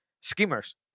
schemers